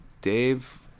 Dave